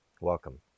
Welcome